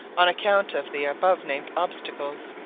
on account of the above-named obstacles.